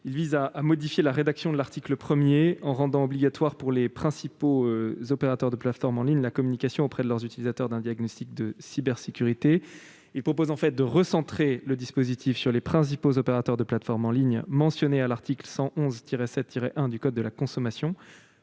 vise à modifier la rédaction de l'article 1, en rendant obligatoire pour les principaux opérateurs de plateformes en ligne la communication auprès de leurs utilisateurs d'un diagnostic de cybersécurité. Le Gouvernement propose ainsi de recentrer le dispositif sur les principaux opérateurs de plateformes en ligne, mentionnés à l'article L. 111-7-1 du code de la consommation.